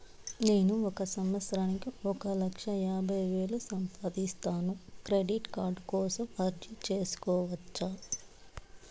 నేను ఒక సంవత్సరానికి ఒక లక్ష యాభై వేలు సంపాదిస్తాను, క్రెడిట్ కార్డు కోసం అర్జీ సేసుకోవచ్చా?